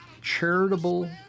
charitable